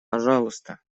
пожалуйста